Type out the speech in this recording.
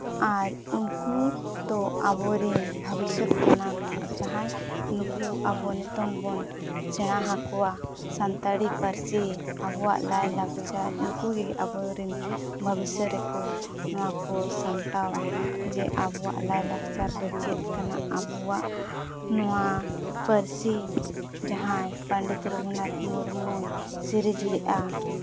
ᱟᱨ ᱩᱱᱠᱩ ᱫᱚ ᱟᱵᱚ ᱨᱤᱱ ᱵᱷᱚᱵᱤᱥᱥᱚᱛ ᱠᱟᱱᱟ ᱠᱚ ᱡᱟᱦᱟᱸᱭ ᱱᱩᱠᱩ ᱟᱵᱚ ᱱᱤᱛᱚᱝ ᱵᱚᱱ ᱥᱮᱲᱟ ᱟᱠᱚᱣᱟ ᱥᱟᱱᱛᱟᱲᱤ ᱯᱟᱹᱨᱥᱤ ᱟᱵᱚᱣᱟᱜ ᱞᱟᱭᱼᱞᱟᱠᱪᱟᱨ ᱱᱩᱠᱩ ᱜᱮ ᱟᱵᱚᱨᱮᱱ ᱵᱷᱚᱵᱤᱥᱥᱚᱛ ᱨᱮᱠᱚ ᱱᱚᱣᱟ ᱠᱚ ᱥᱟᱢᱴᱟᱣᱟ ᱡᱮ ᱟᱵᱚᱣᱟᱜ ᱞᱟᱭᱼᱞᱟᱠᱪᱟᱨ ᱫᱚ ᱪᱮᱫ ᱠᱟᱱᱟ ᱟᱵᱚᱣᱟᱜ ᱱᱚᱣᱟ ᱯᱟᱹᱨᱥᱤ ᱡᱟᱦᱟᱸᱭ ᱯᱚᱱᱰᱤᱛ ᱨᱚᱜᱷᱩᱱᱟᱛᱷ ᱢᱩᱨᱢᱩᱭ ᱥᱤᱨᱤᱡᱽ ᱞᱮᱫᱼᱟ